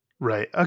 Right